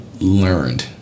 learned